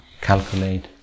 calculate